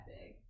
big